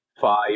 five